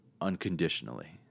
unconditionally